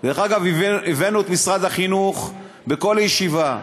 דרך אגב, הבאנו את משרד החינוך בכל ישיבה,